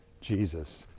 Jesus